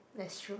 that's true